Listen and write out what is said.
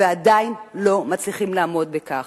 ועדיין לא מצליחים לעמוד בכך,